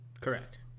Correct